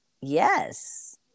Yes